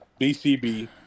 bcb